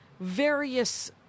various